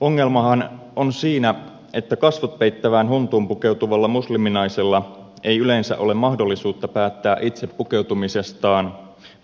ongelmahan on siinä että kasvot peittävään huntuun pukeutuvalla musliminaisella ei yleensä ole mahdollisuutta päättää itse pukeutumisestaan